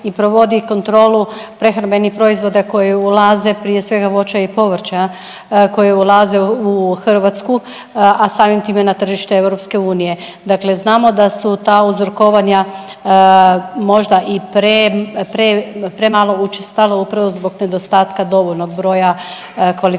i provodi kontrolu prehrambenih proizvoda koji ulaze, prije svega voća i povrća koji ulaze u Hrvatske, a samim time na tržište EU. Dakle znamo da su ta uzorkovanja možda i pre, pre, premalo učestalo upravo zbog nedostatka dovoljnog broja kvalificiranih